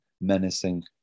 menacing